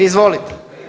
Izvolite.